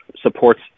supports